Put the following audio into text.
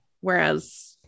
Whereas